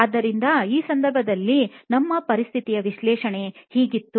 ಆದ್ದರಿಂದ ಈ ಸಂದರ್ಭದಲ್ಲಿ ನಮ್ಮ ಪರಿಸ್ಥಿತಿಯ ವಿಶ್ಲೇಷಣೆ ಹೀಗಿತ್ತು